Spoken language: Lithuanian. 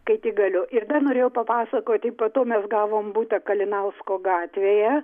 kai tik galiu ir dar norėjau papasakoti po to mes gavom butą kalinausko gatvėje